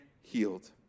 healed